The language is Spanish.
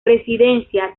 presidencia